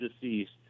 deceased